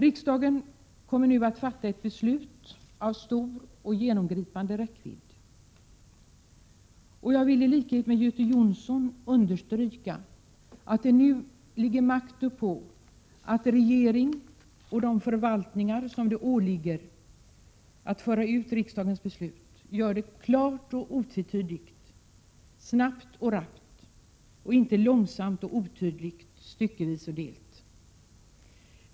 Riksdagen kommer nu att fatta ett beslut av stor och genomgripande räckvidd. Jag vill i likhet med Göte Jonsson understryka att det nu ligger makt uppå att regeringen och de förvaltningar på vilka det åligger att föra ut riksdagens beslut gör detta klart och otvetydigt, snabbt och rappt, och inte långsamt och otydligt, styckevis och delt.